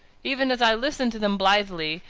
even as i listen to them blithely,